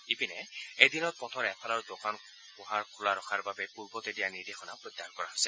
ইপিনে এদিনত পথৰ এফালৰ দোকান পোহাৰ খোলা ৰখাৰ বাবে দিয়া নিৰ্দেশনা প্ৰত্যাহাৰ কৰা হৈছে